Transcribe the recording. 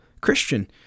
Christian